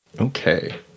Okay